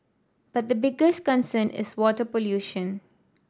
but the biggest concern is water pollution